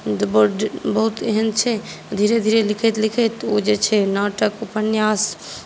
बहुत एहन छै धीरे धीरे लिखैत लिखैत ओ जे छै नाटक उपन्यास